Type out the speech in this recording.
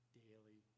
daily